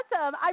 awesome